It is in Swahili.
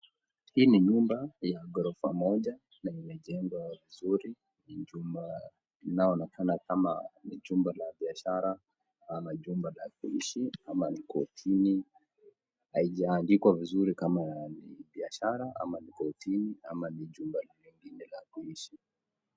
Hii ni nyumba ya ghorofa moja na imejengwa vizuri. Ni chumba inayoonekana kama chumba la biashara ama chumba cha kuishi ama iko chini haijaandikwa vizuri kama ni biashara ni kotini ama ni chumba la kuishi.